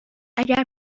اگر